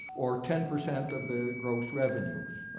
or ten percent of the gross revenues.